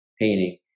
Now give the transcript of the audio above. painting